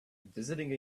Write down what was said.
visiting